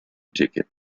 ticket